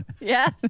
Yes